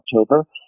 October